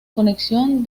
conexión